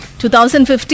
2015